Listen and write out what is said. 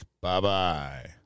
Bye-bye